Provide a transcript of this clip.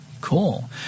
Cool